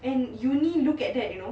and uni look at that you know